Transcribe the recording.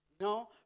No